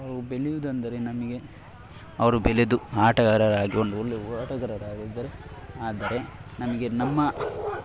ನಾವು ಬೆಳೆಯುವುದಂದರೆ ನಮಗೆ ಅವರು ಬೆಳೆದು ಆಟಗಾರರಾಗಿ ಒಂದು ಒಳ್ಳೆಯ ಆಟಗಾರರಾಗಿದ್ದರೆ ಆದರೆ ನಮಗೆ ನಮ್ಮ